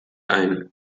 ein